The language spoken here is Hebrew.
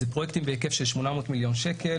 אלה פרויקטים בהיקף של 800 מיליון שקל